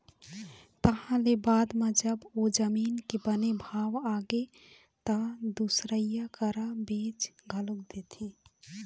तहाँ ले बाद म जब ओ जमीन के बने भाव आगे त दुसरइया करा बेच घलोक देथे